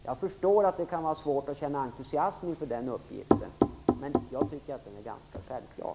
Jag förstår att det kan vara svårt att känna entusiasm inför den uppgiften, men jag tycker att den är ganska självklar.